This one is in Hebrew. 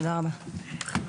הישיבה ננעלה בשעה 14:15.